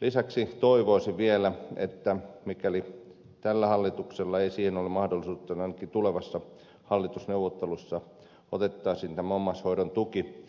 lisäksi toivoisi vielä että mikäli tällä hallituksella ei siihen ole mahdollisuutta niin ainakin tulevissa hallitusneuvotteluissa otettaisiin käsittelyyn omaishoidon tuki